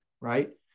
right